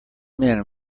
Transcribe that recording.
men